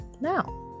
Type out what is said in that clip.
now